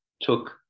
took